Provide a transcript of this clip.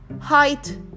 Height